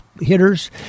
hitters